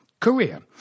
Korea